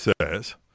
says